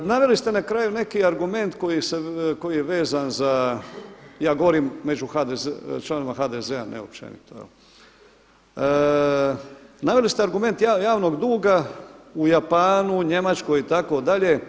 Naveli ste na kraju neki argument koji je vezan za, ja govorim među članovima HDZ-a ne općenito, naveli ste argument javnog duga u Japanu, Njemačkoj itd.